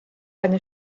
eine